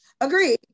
Agreed